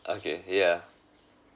okay yeah